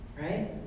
right